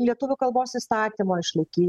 lietuvių kalbos įstatymo išlaiky